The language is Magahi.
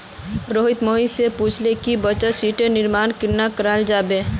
रोहित मोहित स पूछले कि बचत शीटेर निर्माण कन्ना कराल जाबे